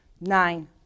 nine